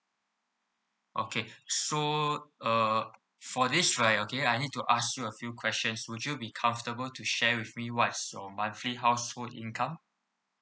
okay so uh for this right okay I need to ask you a few questions would you be comfortable to share with me what is your monthly household income